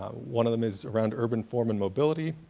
one of them is around urban form and mobility,